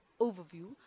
overview